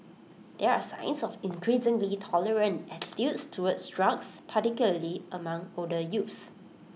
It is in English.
there are signs of increasingly tolerant attitudes towards drugs particularly among older youth